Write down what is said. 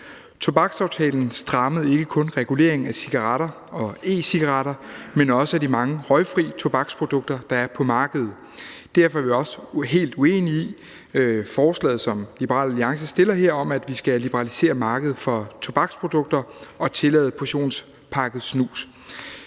Tobaksaftalen strammede ikke kun reguleringen af cigaretter og e-cigaretter, men også af de mange røgfri tobaksprodukter, der er på markedet. Derfor er vi også helt uenige i det forslag, som Liberal Alliance har fremsat her, om, at vi skal liberalisere markedet for tobaksprodukter og tillade portionspakket snus.